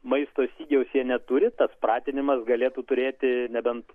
maisto stygiaus jie neturi tas pratinimas galėtų turėti nebent